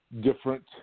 different